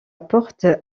porte